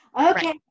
okay